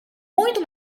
muito